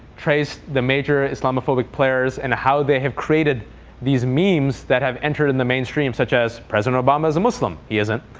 traced the major islamophobic players and how they have created these memes that have entered in the mainstream, such as president obama's a muslim. he isn't.